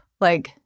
like-